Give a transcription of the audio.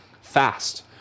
fast